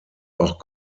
auch